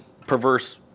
perverse